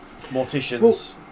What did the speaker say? morticians